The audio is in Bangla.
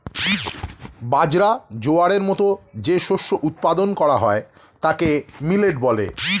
বাজরা, জোয়ারের মতো যে শস্য উৎপাদন করা হয় তাকে মিলেট বলে